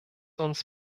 uns